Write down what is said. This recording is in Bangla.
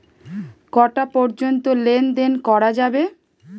কটা পর্যন্ত লেন দেন করা যাবে?